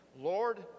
Lord